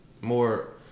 More